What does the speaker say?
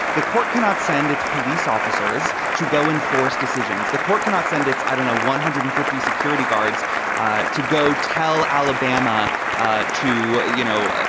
the court cannot send its police officers to go enforce decisions. the court cannot send its, i don't know, one hundred and fifty security guards ah to go tell alabama ah to, you know,